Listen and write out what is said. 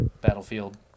Battlefield